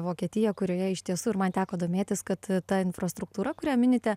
vokietiją kurioje iš tiesų ir man teko domėtis kad ta infrastruktūra kurią minite